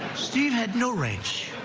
steve had no range.